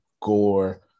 gore